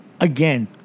again